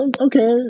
okay